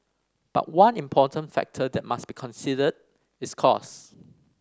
but one important factor that must be considered is cost